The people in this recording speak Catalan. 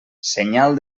senyal